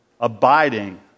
abiding